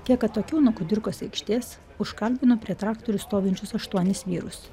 kiek atokiau nuo kudirkos aikštės užkalbinu prie traktorių stovinčius aštuonis vyrus